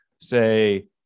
say